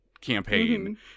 campaign